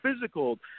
physical